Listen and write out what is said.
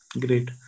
Great